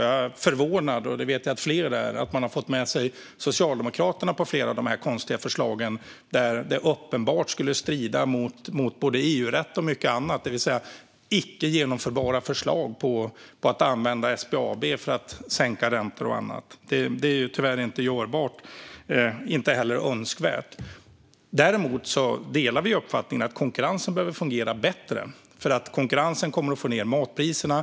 Jag är förvånad - och jag vet att det är fler som är det - att man har fått med sig Socialdemokraterna på flera av dessa konstiga förslag, som uppenbart skulle strida mot både EU-rätt och mycket annat. Det handlar om icke genomförbara förslag om att använda SBAB för att sänka räntor och annat. Detta är tyvärr inte görbart och inte heller önskvärt. Däremot delar vi uppfattningen att konkurrensen behöver fungera bättre. Konkurrensen kommer att få ned matpriserna.